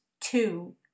two